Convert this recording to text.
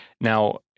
Now